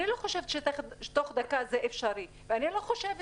אני לא חושבת שתוך דקה זה אפשרי ואני גם לא חושבת